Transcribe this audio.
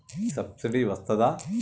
Subsidy వస్తదా?